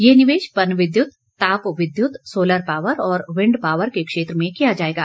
ये निवेश पनविद्यूत तापविद्यूत सोलर पावर और विंड पावर के क्षेत्र में किया जाएगा